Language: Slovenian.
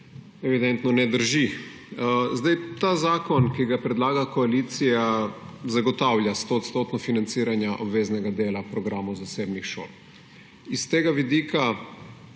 evidentno ne drži. Ta zakon, ki ga predlaga koalicija, zagotavlja 100 % financiranje obveznega dela programov zasebnih šol. S tega vidika